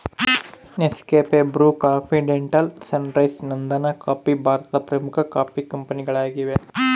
Nescafe, Bru, ಕಾಂಫಿಡೆಂಟಿಯಾಲ್, Sunrise, Nandan coffee ಭಾರತದ ಪ್ರಮುಖ ಕಾಫಿ ಕಂಪನಿಗಳಾಗಿವೆ